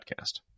podcast